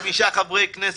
חמישה חברי כנסת,